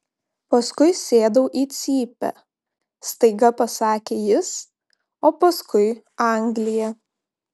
paskui sėdau į cypę staiga pasakė jis o paskui anglija